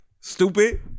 stupid